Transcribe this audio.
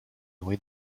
nourri